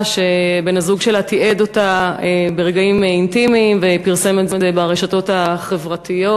שבן-הזוג שלה תיעד אותה ברגעים אינטימיים ופרסם את זה ברשתות החברתיות.